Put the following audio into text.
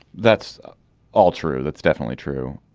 that's all true that's definitely true.